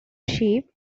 sheep